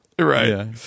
Right